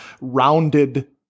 rounded